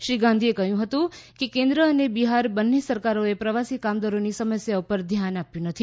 શ્રી ગાંધીએ કહ્યું કે કેન્દ્ર અને બિહાર બંને સરકારોએ પ્રવાસી કામદારોની સમસ્યા ઉપર ધ્યાન આપ્યું નથી